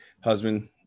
husband